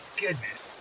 goodness